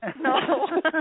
No